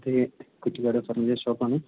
അതേ കുറ്റിക്കാട് ഫർണീച്ചർ ഷോപ്പാണ്